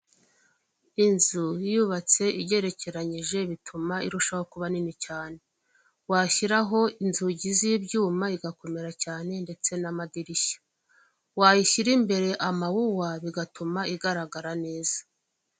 Inzu yubatse igerekeranyije bituma irushaho kuba nini cyane, washyiraho inzugi z'ibyuma igakomera cyane ndetse na madirishya, wayishyira imbere amawuwa bigatuma igaragara neza.